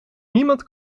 niemand